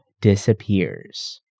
disappears